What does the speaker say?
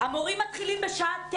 ולך המנכ"ל, יש לי הצעה.